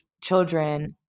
children